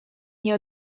nie